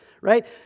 Right